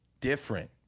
different